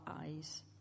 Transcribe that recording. eyes